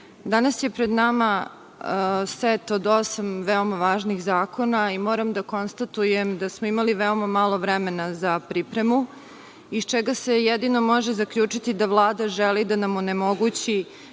danas je pred nama set od osam veoma važnih zakona. Moram da konstatujem da smo imali veoma malo vremena za pripremu, iz čega se jedino može zaključiti da Vlada želi da nam onemogući